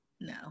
no